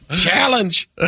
Challenge